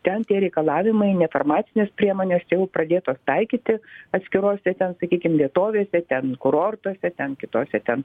ten tie reikalavimai nefarmacinės priemonės jau pradėtos taikyti atskirose ten sakykim vietovėse ten kurortuose ten kitose ten